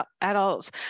adults